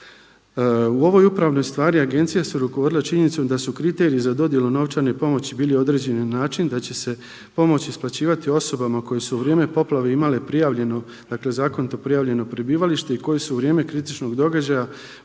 U ovoj upravnom stvari agencija se rukovodila činjenicom da su kriteriji za dodjelom novčane pomoći bili određeni na način da će se pomoć isplaćivati osobama koje su u vrijeme poplave imale prijavljeno, dakle zakonito prijavljen prebivalište i koje su u vrijeme kritičnog događaja